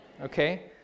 Okay